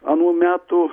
anų metų